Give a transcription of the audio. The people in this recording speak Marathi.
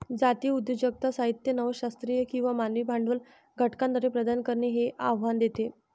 जातीय उद्योजकता साहित्य नव शास्त्रीय किंवा मानवी भांडवल घटकांद्वारे प्रदान करणे हे आव्हान देते